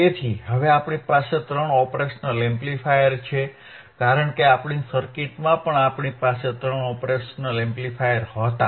તેથી હવે આપણી પાસે ત્રણ ઓપરેશનલ એમ્પ્લીફાયર છે કારણ કે આપણી સર્કિટમાં પણ આપણી પાસે ત્રણ ઓપરેશનલ એમ્પ્લીફાયર હતા